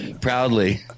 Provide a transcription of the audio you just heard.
Proudly